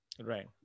Right